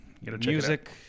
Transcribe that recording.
music